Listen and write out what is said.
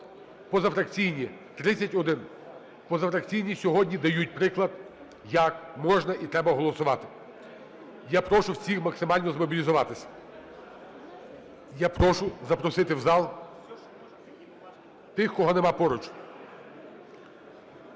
позафракційні – 31. Позафракційні сьогодні дають приклад, як можна і треба голосувати. Я прошу всіх максимально змобілізуватися. Я прошу запросити в зал тих, кого нема поруч.